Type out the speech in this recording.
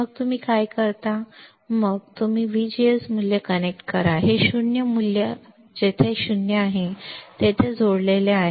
मग तुम्ही काय करता मग तुम्ही काय करता हे VGS मूल्य कनेक्ट करा हे 0 मूल्य जेथे 0 आहे ते येथे जोडलेले आहे जेथे एक आहे